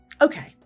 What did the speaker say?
Okay